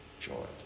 joy